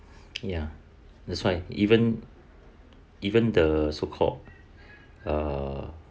ya that's why even even the so called uh